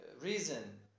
reason